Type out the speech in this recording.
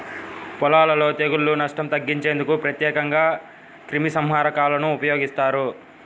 పొలాలలో తెగుళ్ల నష్టం తగ్గించేందుకు ప్రత్యేకంగా క్రిమిసంహారకాలను ఉపయోగిస్తారు